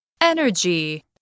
Energy